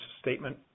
statement